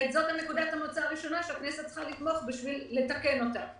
וזאת נקודת המוצא הראשונה שהכנסת צריכה לתמוך כדי לתקן אותה.